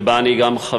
שבה אני חבר,